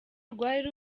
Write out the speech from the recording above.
rwari